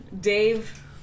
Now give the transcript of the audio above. Dave